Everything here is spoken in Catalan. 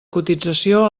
cotització